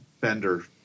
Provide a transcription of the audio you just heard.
Bender